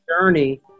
journey